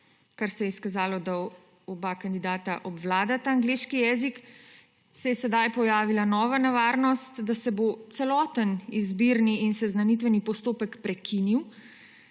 ker se je izkazalo, da oba kandidata obvladata angleški jezik, se je sedaj pojavila nova nevarnost, da se bo celoten izbirni in seznanitveni postopek prekinil,